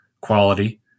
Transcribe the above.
quality